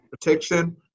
protection